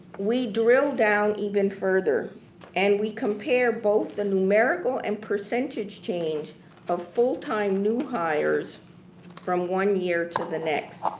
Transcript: we drilled down even further and we compare both the numerical and percentage change of full-time new hires from one year to the next,